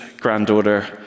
granddaughter